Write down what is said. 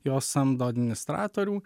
jos samdo administratorių